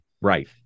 Right